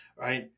right